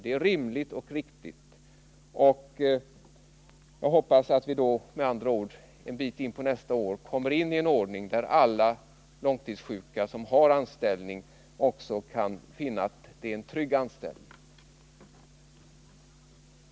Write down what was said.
Det är rimligt och riktigt, och jag hoppas att vi snarast in på nästa år får en ordning där alla långtidssjuka som har anställning också skall kunna finna att det är en trygg anställning.